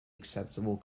acceptable